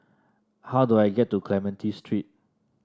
how do I get to Clementi Street